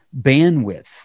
bandwidth